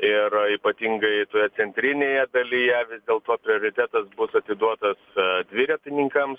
ir ypatingai toje centrinėje dalyje vis dėlto prioritetas bus atiduotas dviratininkams